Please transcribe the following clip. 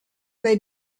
they